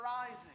rising